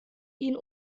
ihn